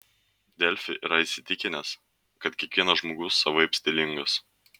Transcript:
delfi yra įsitikinęs kad kiekvienas žmogus savaip stilingas